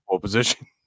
position